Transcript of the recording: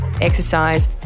exercise